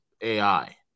AI